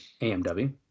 AMW